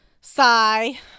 sigh